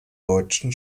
deutschen